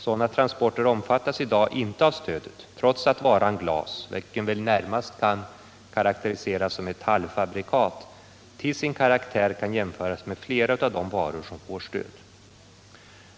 Sådana transporter omfattas i dag inte av stödet, trots att varan glas, vilken väl närmast kan betraktas såsom ett halvfabrikat, till sin karaktär kan jämföras med flera av de varor som får stöd.